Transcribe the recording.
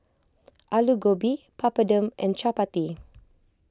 Alu Gobi Papadum and Chapati